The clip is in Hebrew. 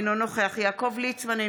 אינו נוכח יעקב ליצמן,